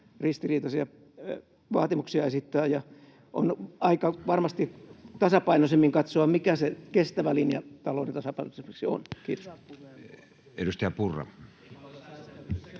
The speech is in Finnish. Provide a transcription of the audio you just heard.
ristiriitaisia vaatimuksia esittää. Varmasti onkin aika tasapainoisemmin katsoa, mikä se kestävä linja talouden tasapainottamiseksi on. — Kiitos. [Speech 60]